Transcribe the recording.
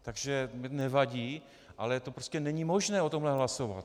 Takže nevadí, ale prostě není možné o tomhle hlasovat.